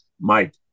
Mike